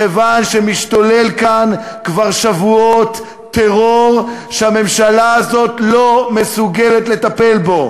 מכיוון שמשתולל כאן כבר שבועות טרור שהממשלה הזאת לא מסוגלת לטפל בו.